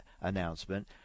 announcement